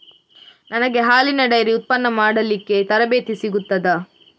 ನನಗೆ ಹಾಲಿನ ಡೈರಿ ಉತ್ಪನ್ನ ಮಾಡಲಿಕ್ಕೆ ತರಬೇತಿ ಸಿಗುತ್ತದಾ?